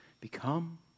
become